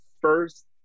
first